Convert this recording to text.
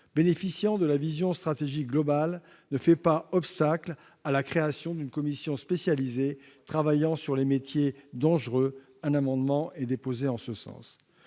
bénéficiant de la vision stratégique globale ne fait pas obstacle à la création d'une commission spécialisée travaillant sur les métiers dangereux. Un amendement a été déposé en ce sens.